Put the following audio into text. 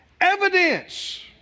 Evidence